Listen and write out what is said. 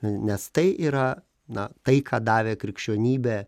nes tai yra na tai ką davė krikščionybė